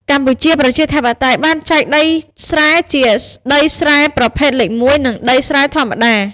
កម្ពុជាប្រជាធិបតេយ្យបានចែកដីស្រែជាដីស្រែប្រភេទលេខមួយ និងដីស្រែធម្មតា។